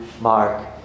Mark